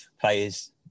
players